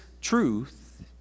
truth